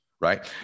right